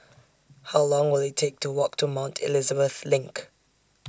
How Long Will IT Take to Walk to Mount Elizabeth LINK